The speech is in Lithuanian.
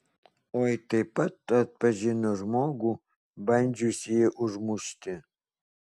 oi taip pat atpažino žmogų bandžiusįjį užmušti